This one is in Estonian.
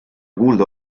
kuulda